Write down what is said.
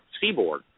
seaboard